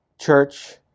church